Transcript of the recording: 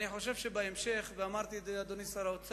אני חושב שבהמשך, ואמרתי את זה, אדוני שר האוצר,